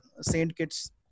Saint-Kitts